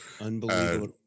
Unbelievable